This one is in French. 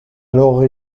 alors